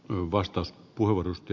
arvoisa puhemies